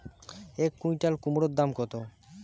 এক কুইন্টাল কুমোড় দাম কত?